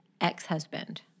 ex-husband